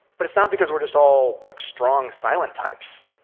but it's not because we're just all, like, strong silent types.